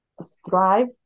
strive